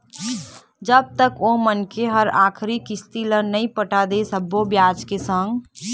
जब तक ओ मनखे ह आखरी किस्ती ल नइ पटा दे सब्बो बियाज के संग